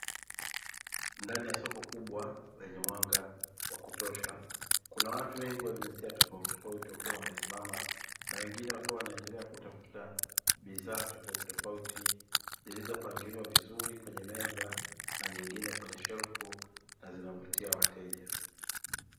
Ndani ya soko kubwa lenye mwanga wa kutosha, kuna watu wengi wa jinsia tofautitofauti wakiwa wamesimama na wengine wakiwa wanaendelea kutafuta bidhaa tofautitofauti; zilizopangiliwa vizuri kwenye meza na nyingine kwenye shelfu na zinavutia wateja.